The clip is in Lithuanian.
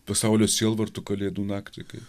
pasaulio sielvartu kalėdų naktį kai